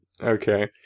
Okay